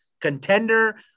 contender